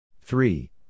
three